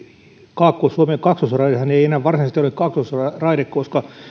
kaakkois suomen kaksoisraidehan ei enää varsinaisesti ole kaksoisraide koska